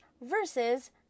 versus